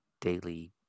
daily